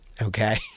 Okay